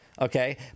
okay